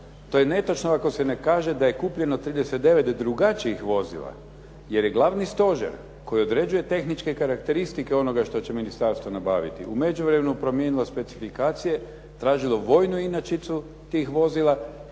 To je netočno ako se ne kaže da je kupljeno 39 drugačijih vozila jer je glavni stožer koji određuje tehničke karakteristike onoga što će ministarstvo nabaviti, u međuvremenu promijenilo specifikacije, tražilo vojnu inačicu tih vozila,